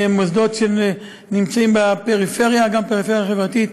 הם מוסדות שנמצאים בפריפריה, גם פריפריה חברתית.